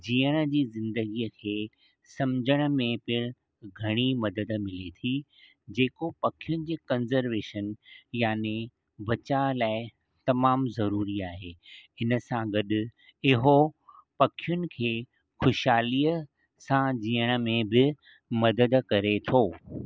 जीअण जी ज़िंदगीअ खे समुझण में पिणु घणी मदद मिले थी जेको पखियुनि जे कंजर्वेशन याने बचाव लाइ तमामु ज़रूरी आहे हिन सां गॾु इहो पखियुनि खे ख़ुशहालीअ सां जिअण में बि मदद करे थो